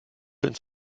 ins